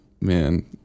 man